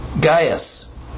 Gaius